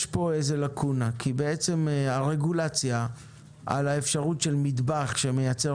יש פה איזו לקונה כי הרגולציה על מטבח שמייצר